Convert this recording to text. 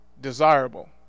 desirable